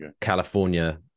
California